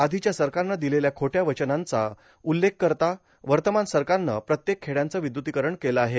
आधीच्या सरकारनं दिलेल्या खोट्या वचनांचा उल्लेख करता वर्तमान सरकारनं प्रत्येक खेड्याचं विद्युतीकरण केले आहे